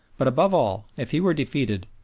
but above all, if he were defeated,